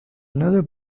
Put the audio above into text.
another